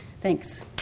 Thanks